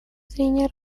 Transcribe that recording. зрения